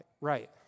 right